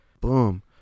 Boom